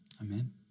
Amen